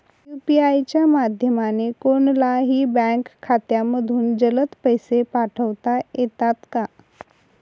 UPI च्या माध्यमाने कोणलाही बँक खात्यामधून जलद पैसे पाठवता येतात का?